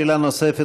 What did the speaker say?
שאלה נוספת,